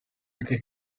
anche